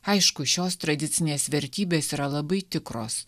aišku šios tradicinės vertybės yra labai tikros